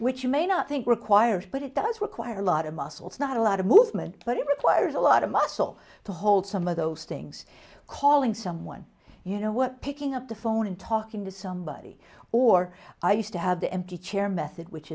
which you may not think requires but it does require a lot of muscles not a lot of movement but it requires a lot of muscle to hold some of those things calling someone you know what picking up the phone and talking to somebody or i used to have the empty chair method which